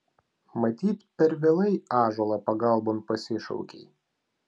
matyt per vėlai ąžuolą pagalbon pasišaukei